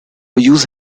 use